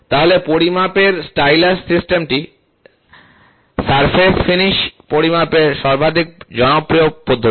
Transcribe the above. তাহলে পরিমাপের স্টাইলাস সিস্টেমটি সারফেস ফিনিশ পরিমাপের সর্বাধিক জনপ্রিয় পদ্ধতি